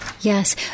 yes